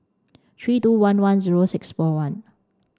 three two one one zero six four one